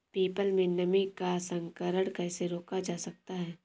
People में नीम का संकरण कैसे रोका जा सकता है?